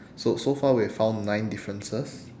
so so far we have found nine differences